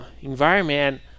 environment